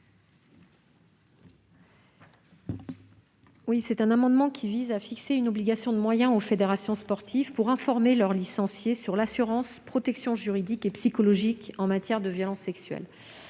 Cet amendement vise à fixer une obligation de moyens aux fédérations sportives pour informer leurs licenciés sur l'existence d'une assurance protection juridique et psychologique en matière de violences sexuelles.